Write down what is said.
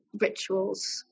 rituals